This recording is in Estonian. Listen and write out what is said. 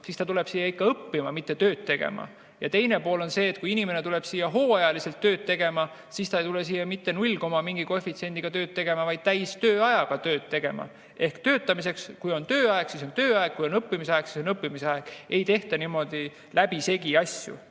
siis ta tuleb siia ikka õppima, mitte tööd tegema. Ja teine pool on see, et kui inimene tuleb siia hooajaliselt tööd tegema, siis ta ei tule siia mitte null koma mingi koefitsiendiga tööd tegema, vaid täistööajaga tööd tegema. Kui on tööaeg, siis on tööaeg, ja kui on õppimise aeg, siis on õppimise aeg. Ei tehta asju niimoodi läbisegi.